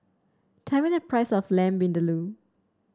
tell me the price of Lamb Vindaloo